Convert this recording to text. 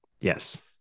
Yes